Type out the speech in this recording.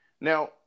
Now